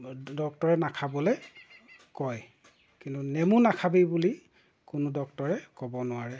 ডক্টৰে নাখাবলৈ কয় কিন্তু নেমু নাখাবি বুলি কোনো ডক্টৰে ক'ব নোৱাৰে